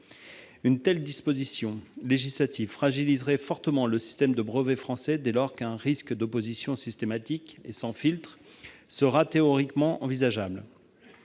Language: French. Une telle disposition législative fragiliserait fortement le système de brevet français, dès lors qu'un risque d'opposition systématique et sans filtre serait théoriquement envisageable.